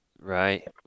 Right